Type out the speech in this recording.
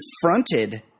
confronted